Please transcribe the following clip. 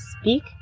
speak